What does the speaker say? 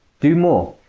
do more.